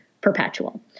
perpetual